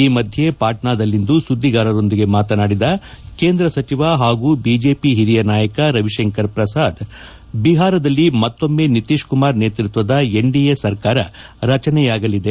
ಈ ಮಧ್ಯೆ ಪಾಟ್ಯಾದಲ್ಲಿಂದು ಸುಧಿಗಾರರೊಂದಿಗೆ ಮಾತನಾಡಿದ ಕೇಂದ್ರ ಸಚಿವ ಹಾಗೂ ಬಿಜೆಪಿ ಹಿರಿಯ ನಾಯಕ ರವಿಶಂಕರ್ ಪ್ರಸಾದ್ ಬಿಹಾರದಲ್ಲಿ ಮತ್ತೊಮ್ನೆ ನಿತೀಶ್ ಕುಮಾರ್ ನೇತೃತ್ವದ ಎನ್ಡಿಎ ಸರ್ಕಾರ ರಚನೆಯಾಗಲಿದೆ